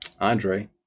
Andre